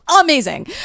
amazing